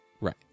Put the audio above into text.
Right